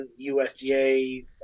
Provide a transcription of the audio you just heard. USGA